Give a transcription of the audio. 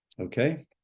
okay